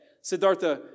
Siddhartha